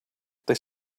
they